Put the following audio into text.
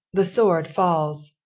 the sword falls.